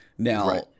Now